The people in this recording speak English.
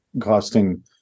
costing